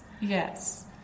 Yes